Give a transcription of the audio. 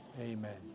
Amen